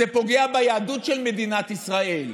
זה פוגע ביהדות של מדינת ישראל.